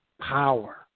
power